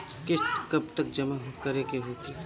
किस्त कब तक जमा करें के होखी?